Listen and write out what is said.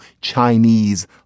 Chinese